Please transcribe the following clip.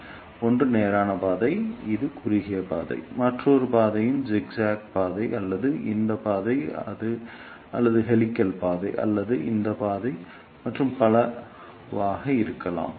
எனவே ஒன்று நேரான பாதை இது குறுகிய பாதை மற்றொரு பாதை ஜிக்ஜாக் பாதை அல்லது இந்த பாதை அல்லது ஹெலிகல் பாதை அல்லது இந்த பாதை மற்றும் பலவாக இருக்கலாம்